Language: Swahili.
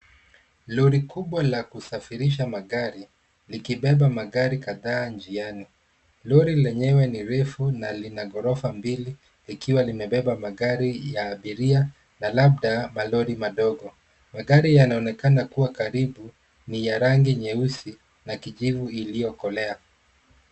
Lori kubwa la kusafirisha magari, likibeba magari kadhaa njiani. Lori lenyewe ni refu na lina ghorofa mbili, likiwa limebeba magari ya abiria, na labda malori madogo. Magari yanaonekana kua karibu, ni ya rangi nyeusi na kijivu iliyokolea.